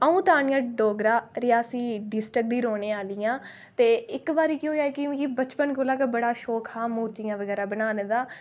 अंऊ तानिया डोगरा रियासी डिस्ट्रिकट दी रौहने आह्ली आं ते इक बारी केह् होआ कि मि बचपन कोला गै बड़ा शौक हा मूर्तियां बगैरा बनाना दा